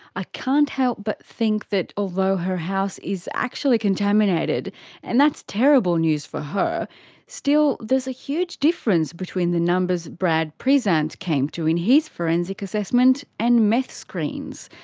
i can't help but think that although her house is actually contaminated and that's terrible news for her still there is a huge difference between the numbers brad prezant came to in his forensic assessment and meth screen's.